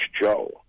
Joe